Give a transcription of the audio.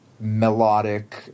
melodic